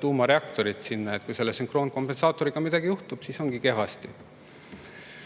tuumareaktorit sinna. Kui selle sünkroonkompensaatoriga midagi juhtub, siis ongi kehvasti.